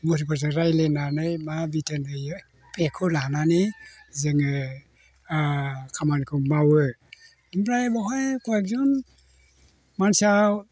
मुहुरिफोरजों रायज्लायनानै मा बिथोन होयो बेखौ लानानै जोङो खामानिखौ मावो ओमफ्राय बेवहाय कय एकजन मानसिया